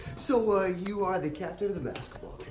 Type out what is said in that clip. so ah, you are the captain of the basketball